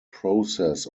process